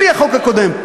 בלי החוק הקודם,